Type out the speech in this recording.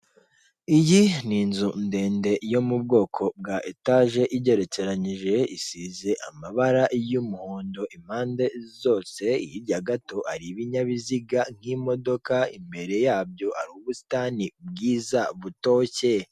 Iyi ni inzu ndende yo mu bwoko bwa etaje igerekeranyije, isize amabara y'umuhondo impande zose, hirya gato hari ibinyabiziga nk'imodoka, imbere yabyo hari ubusitani bwiza butoshye.